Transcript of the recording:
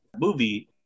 movie